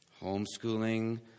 Homeschooling